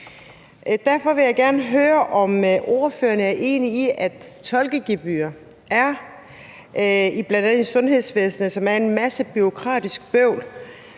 Derfor vil jeg gerne høre, om ordføreren er enig i, at tolkegebyrer, som bl.a. i sundhedsvæsenet skaber en masse bureaukratisk bøvl,